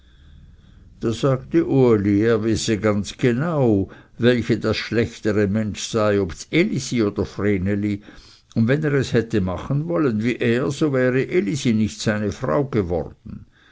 da sagte uli er wisse ganz genau welche das schlechter mensch sei ob ds elisi oder vreneli und wenn er es hätte machen wollen wie er so wäre elisi nicht seine frau geworden